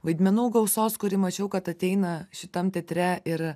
vaidmenų gausos kuri mačiau kad ateina šitam teatre ir